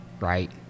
right